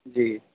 جی